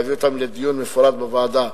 כדי להביא אותם לדיון מפורט בוועדה.